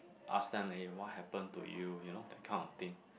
ask them eh what happened to you you know that kind of thing